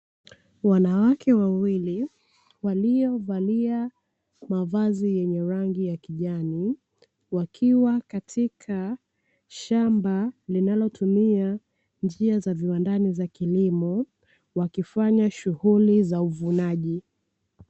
Wanawake wawili waliovalia mavazi ya rangi ya kijani, wakiwa katika shamba lilnalotumia hatua za viwandani za kilimo, wakifanya shughuli za uvunaji.